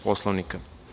Poslovnika?